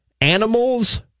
Animals